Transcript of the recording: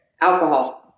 Alcohol